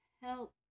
Help